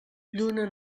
lluna